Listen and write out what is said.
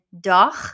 dag